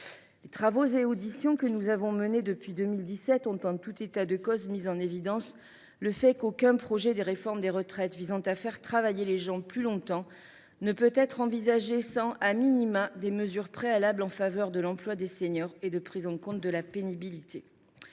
Les travaux et auditions que nous avons menés depuis 2017 ont, en tout état de cause, mis en évidence le fait qu’aucun projet de réforme des retraites visant à faire travailler les gens plus longtemps ne peut être envisagé sans,, des mesures préalables en faveur de l’emploi des seniors et de prise en compte de la pénibilité.